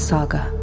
Saga